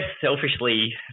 selfishly